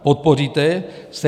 Podpoříte je?